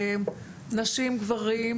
היו פה נשים ,גברים,